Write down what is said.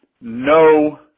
no